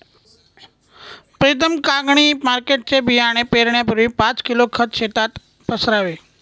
प्रीतम कांगणी मार्केटचे बियाणे पेरण्यापूर्वी पाच किलो खत शेतात पसरावे